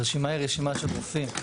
הרשימה היא רשימה של רופאים.